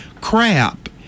crap